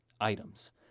items